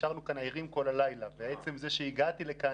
נשארנו כאן ערים כל הלילה ועצם זה שהגעתי לכאן,